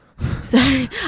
Sorry